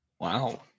Wow